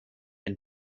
and